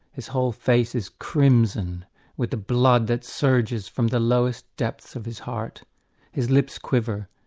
his whole face is crimson with the blood that surges from the lowest depths of his heart his lips quiver,